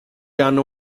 hanno